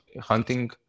hunting